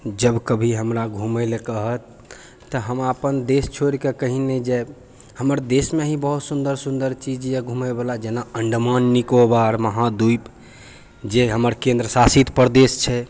जब कभी हमरा घुमै लअ कहत तऽ हम अपन देश छोड़ि कऽ कहीं नहि जायब हमर देशमे ही बहुत सुन्दर सुन्दर चीज यऽ घुमैवला जेना अण्डमान निकोबार महा द्वीप जे हमर केन्द्र शासित प्रदेश छै